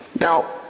Now